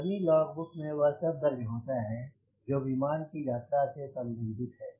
journey logbook में वह सब दर्ज होता है जो विमान की यात्रा से संबंधित है